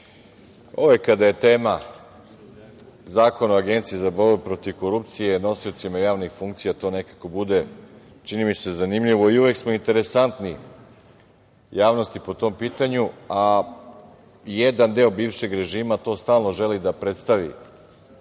uvek kada je tema Zakon o Agenciji za boru protiv korupcije nosiocima javnih funkcija to nekako bude, čini mi se, zanimljivo i uvek smo interesantni javnosti po tom pitanju, a jedan deo bivšeg režima to stalno želi da predstavi